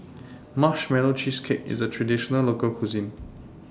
Marshmallow Cheesecake IS A Traditional Local Cuisine